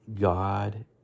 God